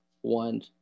one